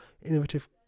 innovative